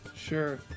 sure